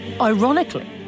Ironically